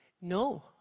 No